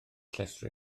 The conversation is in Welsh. llestri